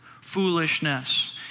foolishness